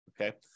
okay